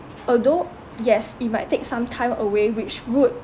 although yes it might take sometime away which would